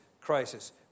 crisis